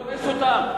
בונה והורס אותם,